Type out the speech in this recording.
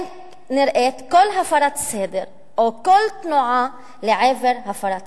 לא נראית כל הפרת סדר או כל תנועה לעבר הפרת סדר.